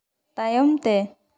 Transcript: ᱛᱟᱭᱚᱢ ᱛᱮ